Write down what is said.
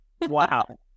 Wow